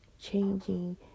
changing